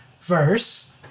verse